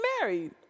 married